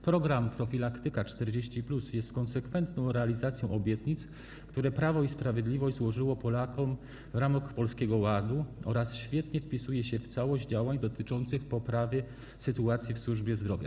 Program „Profilaktyka 40+” jest konsekwentną realizacją obietnic, które Prawo i Sprawiedliwość złożyło Polakom w ramach Polskiego Ładu oraz świetnie wpisuje się w całość działań dotyczących poprawy sytuacji w służbie zdrowia.